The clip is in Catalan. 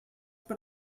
per